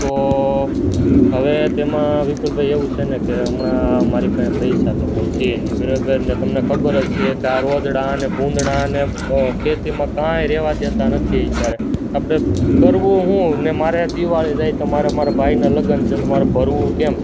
તો હવે તેમાં વિપુલભાઈ એવું છે ને કે હમણાં મારી પાસે પૈસા તો કંઇ છે નહીં બરાબર ને તમને ખબર જ છે કે આ રોઝડા અને ભૂંડડા અને ખેતીમાં કાંઈ રહેવા દેતા નથી અત્યારે આપણે કરવું શું ને મારે દિવાળી જાય તો મારે મારા ભાઈનાં લગ્ન છે તો મારે ભરવું કેમ